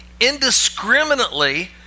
indiscriminately